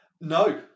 No